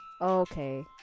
okay